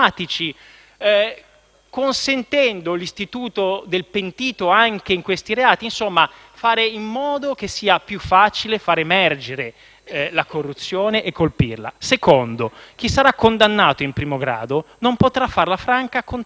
e l'istituto del pentito anche in reati del genere. Insomma, si fa in modo che sia più facile far emergere la corruzione e colpirla. In secondo luogo, chi sarà condannato in primo grado non potrà farla franca contando sulla prescrizione.